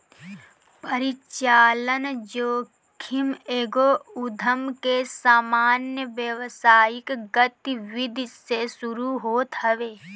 परिचलन जोखिम एगो उधम के सामान्य व्यावसायिक गतिविधि से शुरू होत हवे